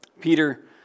Peter